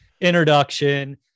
introduction